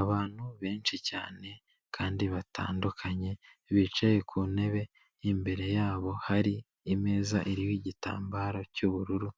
Abantu benshi cyane kandi batandukanye bicaye ku ntebe imbere yabo hari imeza irihogitambaro cyu'bururu